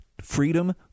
freedom